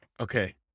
Okay